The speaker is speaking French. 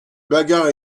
bagarre